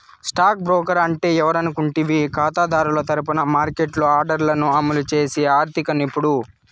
stock broker అంటే ఎవరనుకుంటివి కాతాదారుల తరపున మార్కెట్లో ఆర్డర్లను అమలు చేసి ఆర్థిక నిపుణుడు